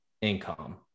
income